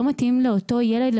לא מתאים לאותו ילד,